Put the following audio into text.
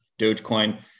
Dogecoin